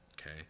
Okay